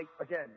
Again